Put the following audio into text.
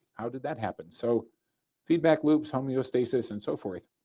how did that happen? so feedback loop, homeostasis, and so forth.